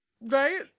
right